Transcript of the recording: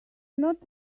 not